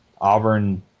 Auburn